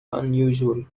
unusual